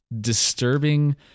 disturbing